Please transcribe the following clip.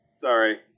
Sorry